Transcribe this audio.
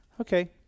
Okay